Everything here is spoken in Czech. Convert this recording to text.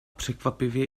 překvapivě